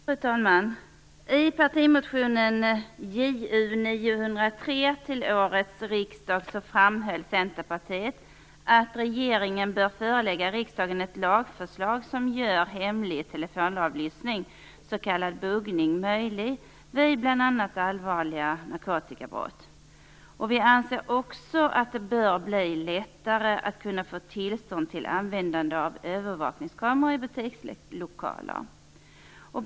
Fru talman! I partimotionen Ju903 till årets riksdag framhöll Centerpartiet att regeringen bör förelägga riksdagen ett lagförslag som gör hemlig telefonavlyssning, s.k. buggning, möjlig vid bl.a. allvarliga narkotikabrott. Vi anser också att det bör bli lättare att få tillstånd till användande av övervakningskameror i butikslokaler.